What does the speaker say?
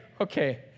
okay